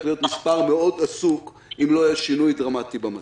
להיות מספר עסוק מאוד אם לא יהיה שינוי דרמטי במצב.